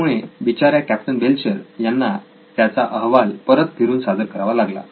त्यामुळे बिचाऱ्या captain Belcher यांना त्याचा अहवाल परत फिरुन सादर करावा लागला